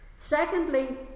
Secondly